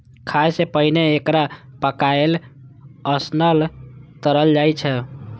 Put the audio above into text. खाय सं पहिने एकरा पकाएल, उसनल, तरल जाइ छै